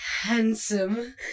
handsome